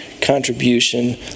contribution